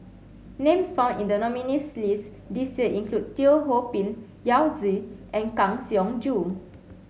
names found in the nominees' list this year include Teo Ho Pin Yao Zi and Kang Siong Joo